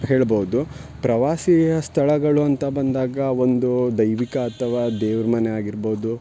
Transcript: ಹೇಳಬಹ್ದು ಪ್ರವಾಸಿ ಸ್ಥಳಗಳು ಅಂತ ಬಂದಾಗ ಒಂದು ದೈವಿಕ ಅಥವಾ ದೇವ್ರ ಮನೆ ಆಗಿರ್ಬೋದು